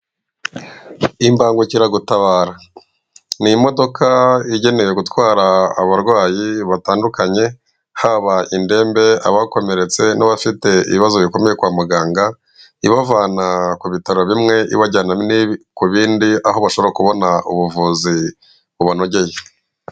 Imbangukiragutabara n'imodoka igenewe gutwara abarwayi batandukanye, haba indembe abakomeretse n'abafite ibibazo bikomeye kwa muganga, ibavana ku bitaro bimwe ibajyana ku bindi aho bashobora kubona ubuvuzi bubanogeye.